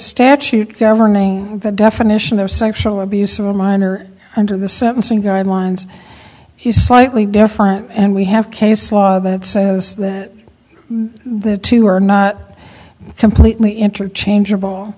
statute governing the definition there sexual abuse of a minor under the sentencing guidelines he's slightly different and we have case law that says that the two are not completely interchangeable